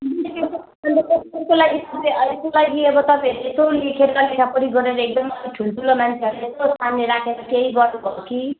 लागि अब तपईँहरूले यसो लेखेर लेखापढी गरेर एकदमै ठुल्ठुलो मान्छेहरूले यसो जान्ने राखेर केही गर्नुभयो कि